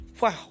Wow